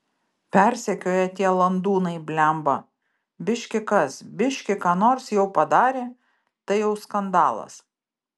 persekioja tie landūnai blemba biški kas biški ką nors jau padarė tai jau skandalas